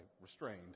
restrained